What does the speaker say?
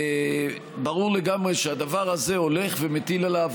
ברור לגמרי שהדבר הזה הולך ומטיל עליו